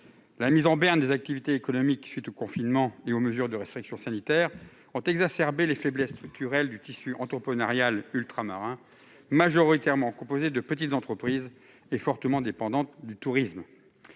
La mise en berne des activités économiques à la suite du confinement et des mesures de restrictions sanitaires ont exacerbé les faiblesses structurelles du tissu entrepreneurial ultramarin, majoritairement composé de petites entreprises et fortement dépendant du tourisme.